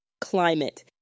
Climate